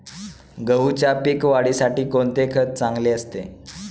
गहूच्या पीक वाढीसाठी कोणते खत चांगले असते?